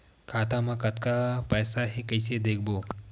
खाता मा कतका पईसा हे कइसे देखबो?